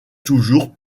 toujours